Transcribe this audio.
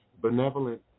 benevolent